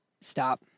stop